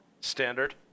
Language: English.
standard